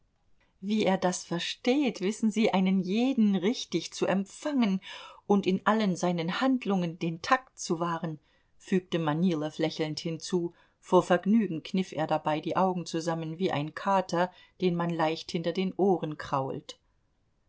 wie er das versteht wissen sie einen jeden richtig zu empfangen und in allen seinen handlungen den takt zu wahren fügte manilow lächelnd hinzu vor vergnügen kniff er dabei die augen zusammen wie ein kater den man leicht hinter den ohren kraut